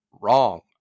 Wrong